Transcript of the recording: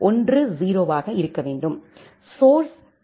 10 ஆக இருக்க வேண்டும் சோர்ஸ் டீ